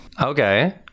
Okay